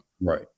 Right